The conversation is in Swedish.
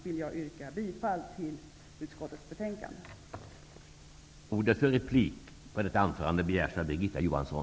Med detta yrkar jag bifall till utskottets hemställan i betänkandet.